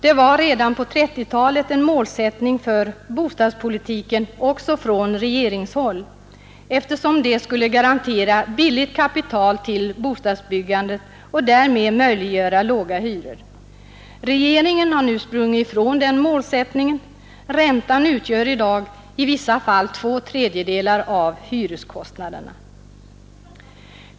Den var redan på 1930-talet en målsättning för bostadspolitiken också från regeringshåll, eftersom det skulle garantera billigt kapital till bostadsbyggandet och därmed möjliggöra låga hyror. Regeringen har nu sprungit ifrån den målsättningen. Räntan utgör i dag i vissa fall två tredjedelar av hyreskostnaderna.